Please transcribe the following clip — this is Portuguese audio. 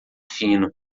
fino